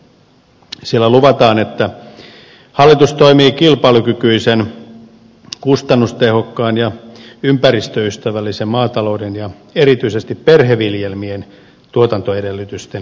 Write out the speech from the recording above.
siellä luvataan että hallitus toimii kilpailukykyisen kustannustehokkaan ja ympäristöystävällisen maatalouden ja erityisesti perheviljelmien tuotantoedellytysten turvaamiseksi